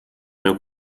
meu